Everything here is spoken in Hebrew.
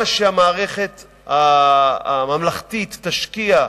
מה שהמערכת הממלכתית תשקיע,